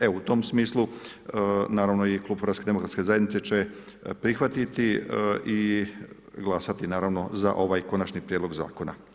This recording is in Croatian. Evo u tom smislu naravno i klub HDZ-a će prihvatiti i glasati naravno za ovaj konačni prijedlog zakona.